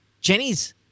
Jenny's